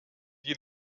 die